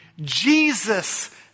Jesus